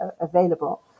available